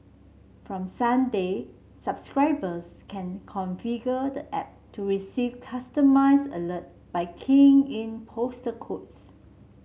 from Sunday subscribers can configure the app to receive customised alert by keying in postal codes